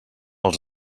els